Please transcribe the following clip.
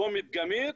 לא מדגמית,